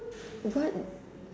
what